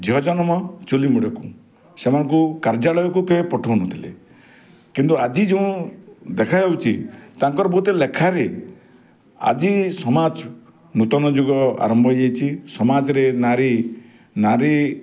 ଝିଅ ଜନମ ଚୂଲିମୁଣ୍ଡକୁ ସେମାନଙ୍କୁ କାର୍ଯ୍ୟାଳୟକୁ କେହି ପଠଉନଥିଲେ କିନ୍ତୁ ଆଜି ଯେଉଁ ଦେଖା ଯାଉଛି ତାଙ୍କର ବହୁତ ଲେଖାରେ ଆଜି ସମାଜ ନୂତନ ଯୁଗ ଆରମ୍ଭ ହେଇଯାଇଛି ସମାଜରେ ନାରୀ ନାରୀ